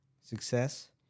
success